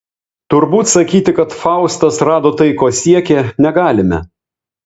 turbūt sakyti kad faustas rado tai ko siekė negalime